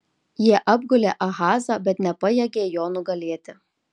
jie apgulė ahazą bet nepajėgė jo nugalėti